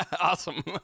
Awesome